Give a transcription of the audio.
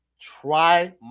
try